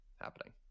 happening